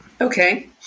Okay